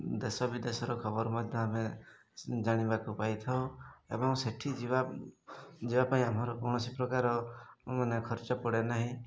ଦେଶ ବିଦେଶର ଖବର ମଧ୍ୟ ଆମେ ଜାଣିବାକୁ ପାଇଥାଉ ଏବଂ ସେଠି ଯିବା ଯିବା ପାଇଁ ଆମର କୌଣସି ପ୍ରକାର ମାନେ ଖର୍ଚ୍ଚ ପଡ଼େ ନାହିଁ